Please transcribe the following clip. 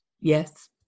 yes